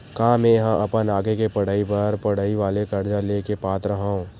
का मेंहा अपन आगे के पढई बर पढई वाले कर्जा ले के पात्र हव?